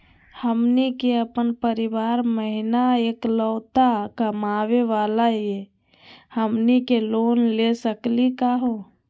हमनी के अपन परीवार महिना एकलौता कमावे वाला हई, हमनी के लोन ले सकली का हो?